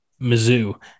Mizzou